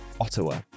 Ottawa